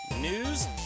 news